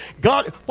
God